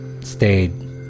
stayed